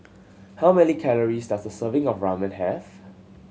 how many calories does a serving of Ramen have